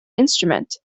instrument